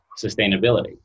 sustainability